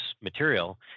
material